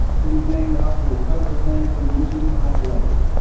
it is named after the coca plant from which it is isolated.